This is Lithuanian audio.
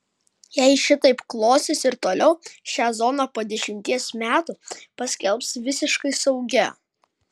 jei šitaip klosis ir toliau šią zoną po dešimties metų paskelbs visiškai saugia